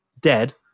dead